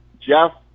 Jeff